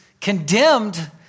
condemned